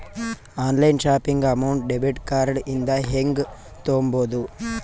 Online shopping amount debit card ಇಂದ ಹೆಂಗ್ ತುಂಬೊದು?